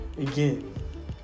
again